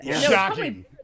Shocking